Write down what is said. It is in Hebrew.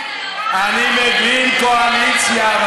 אני מבין קואליציה,